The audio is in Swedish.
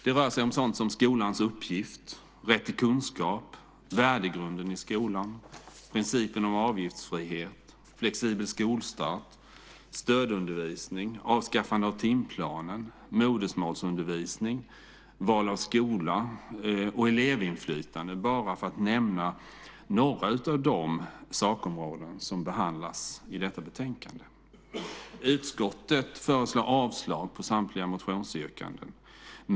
Det rör sig om sådant som skolans uppgift, rätt till kunskap i skolan, värdegrunden i skolan, principen om avgiftsfrihet, flexibel skolstart, stödundervisning, avskaffande av timplanen, modersmålsundervisning, val av skola och elevinflytande, för att bara nämna några av de sakområden som behandlas i detta betänkande. Utskottet föreslår avslag på samtliga motionsyrkanden.